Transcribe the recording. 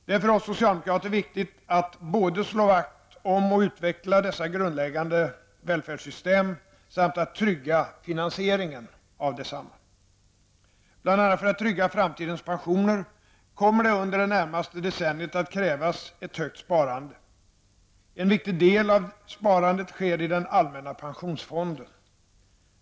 Det är för oss socialdemokrater viktigt att både slå vakt om och utveckla dessa grundläggande välfärdssystem samt att trygga finansieringen av detsamma. Bl.a. för att trygga framtidens pensioner kommer det under det närmaste decenniet att krävas ett högt sparande. En viktig del av sparandet sker i den allmänna pensionsfonden.